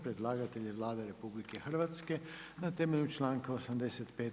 Predlagatelj je Vlada RH na temelju članka 85.